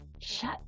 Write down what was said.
Shut